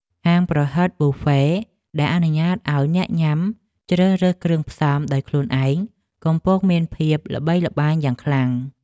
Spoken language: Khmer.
ហាងប្រហិតប៊ូហ្វេដែលអនុញ្ញាតឱ្យអ្នកញ៉ាំជ្រើសរើសគ្រឿងផ្សំដោយខ្លួនឯងកំពុងមានភាពល្បីល្បាញយ៉ាងខ្លាំង។